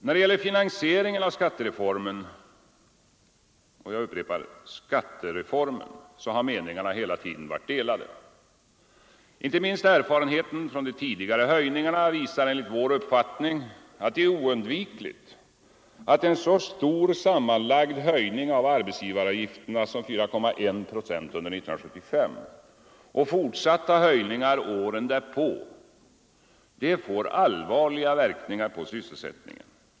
När det gäller finansieringen av skattereformen — jag upprepar: skattereformen — har meningarna hela tiden varit delade. Inte minst erfarenheterna från de tidigare höjningarna visar enligt vår uppfattning, att det är oundvikligt att en så stor sammanlagd höjning av arbetsgivaravgifterna som 4,1 procent under 1975 och fortsatta höjningar åren därpå får allvarliga verkningar på sysselsättningen.